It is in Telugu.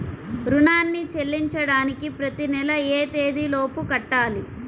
రుణాన్ని చెల్లించడానికి ప్రతి నెల ఏ తేదీ లోపు కట్టాలి?